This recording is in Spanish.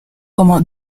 como